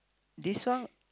this one